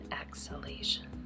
exhalation